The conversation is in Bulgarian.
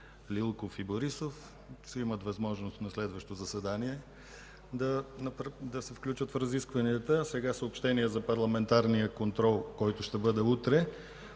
Лилков и Борисов ще имат възможност на следващо заседание да се включат в разискванията. Съобщение за Парламентарния контрол утре.